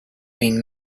been